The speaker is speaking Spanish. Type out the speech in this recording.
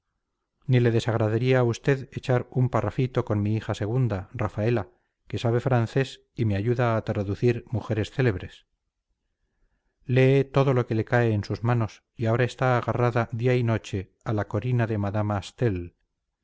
le desagradaría a usted echar un parrafito con mi hija segunda rafaela que sabe francés y me ayuda a traducir mujeres célebres lee todo lo que cae en sus manos y ahora está agarrada noche y día a la corina de madama stel